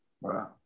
Wow